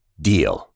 DEAL